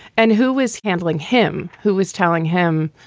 and who was handling him? who was telling him?